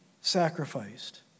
sacrificed